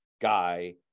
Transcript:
guy